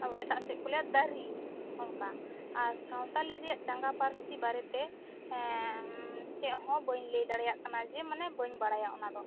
ᱮᱴᱟᱜ ᱥᱮ ᱫᱚ ᱠᱚ ᱞᱟᱹᱭᱟ ᱫᱟᱹᱨᱤ ᱚᱱᱠᱟ ᱟᱨ ᱥᱟᱱᱛᱟᱲᱤ ᱨᱮᱭᱟᱜ ᱪᱟᱸᱜᱟ ᱯᱟᱹᱨᱥᱤ ᱵᱟᱨᱮᱛᱮ ᱪᱮᱫ ᱦᱚᱸ ᱵᱟᱹᱧ ᱞᱟᱹᱭ ᱫᱟᱲᱮᱭᱟᱜ ᱠᱟᱱᱟ ᱡᱮ ᱢᱟᱱᱮ ᱵᱟᱹᱧ ᱵᱟᱲᱟᱭᱟ ᱚᱱᱟ ᱫᱚ